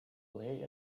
pay